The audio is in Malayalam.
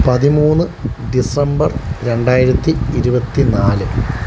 പതിമൂന്ന് ഡിസംബർ രണ്ടായിരത്തി ഇരുപത്തി നാല്